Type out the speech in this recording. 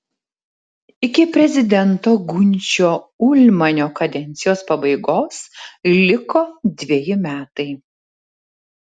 iki prezidento gunčio ulmanio kadencijos pabaigos liko dveji metai